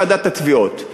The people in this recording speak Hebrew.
ועידת התביעות.